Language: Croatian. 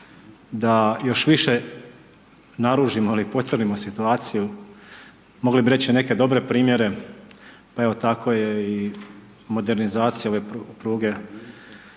da još više naružimo ili pocrnimo situaciju, mogli bi reći neke dobre primjere, pa evo tako je i modernizacija ove pruge